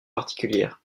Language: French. particulières